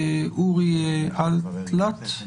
אורי אלטלט.